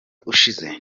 ushize